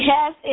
Yes